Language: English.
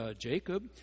Jacob